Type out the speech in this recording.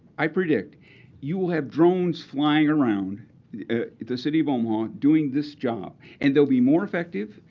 i predict you will have drones flying around the city of omaha doing this job. and they'll be more effective.